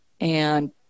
and-